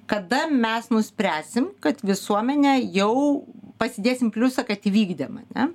kada mes nuspręsim kad visuomenė jau pasidėsim pliusą kad įvykdėm ane